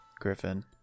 Griffin